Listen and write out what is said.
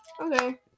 Okay